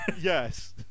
Yes